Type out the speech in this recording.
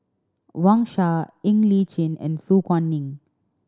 Wang Sha Ng Li Chin and Su Guaning